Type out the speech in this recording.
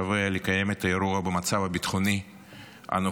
לקיים את האירוע במצב הביטחוני הנוכחי.